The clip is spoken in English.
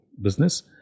business